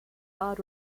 bad